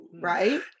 Right